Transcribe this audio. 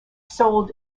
sold